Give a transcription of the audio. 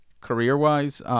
career-wise